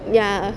ya